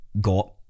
got